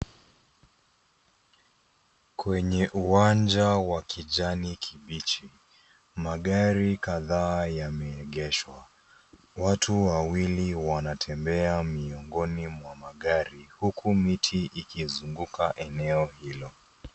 Kwenye uwanja wa kijani kibichi magari kadhaa yameegeshwa. Watu wawili wanatembea miongoni mwa magari huku miti ikizunguka eneo hilo.